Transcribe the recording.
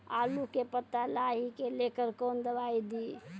आलू के पत्ता लाही के लेकर कौन दवाई दी?